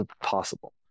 possible